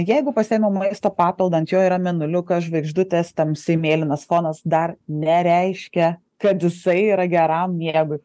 jeigu pasiėmiau maisto papildą ant jo yra mėnuliukas žvaigždutės tamsiai mėlynas fonas dar nereiškia kad jisai yra geram miegui